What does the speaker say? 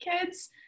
kids